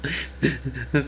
which